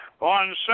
on